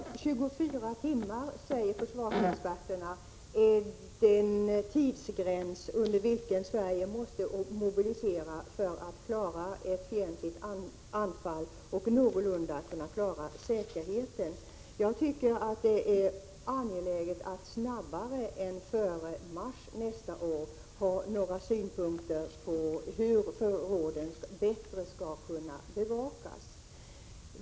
Herr talman! Försvarsexperterna säger att 24 timmar är den tidsgräns under vilken Sverige måste mobilisera för att kunna klara ett fientligt anfall och någorlunda kunna klara säkerheten. Jag tycker det är angeläget att före mars nästa år få några synpunkter på hur förråden skall kunna bevakas bättre.